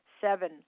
Seven